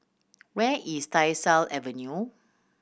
where is Tyersall Avenue